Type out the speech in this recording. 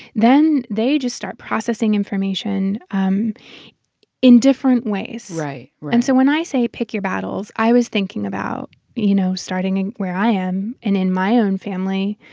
then they just start processing information um in different ways right. right and so when i say pick your battles, i was thinking about you know, starting where i am and in my own family